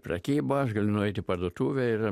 prekybą aš galiu nueit į parduotuvę ir